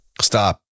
Stop